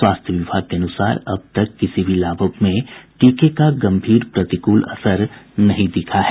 स्वास्थ्य विभाग के अनुसार अब तक किसी भी लाभुक में टीके का गंभीर प्रतिकूल असर नहीं दिखा है